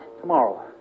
Tomorrow